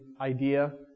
IDEA